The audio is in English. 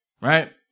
right